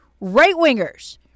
right-wingers